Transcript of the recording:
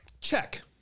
check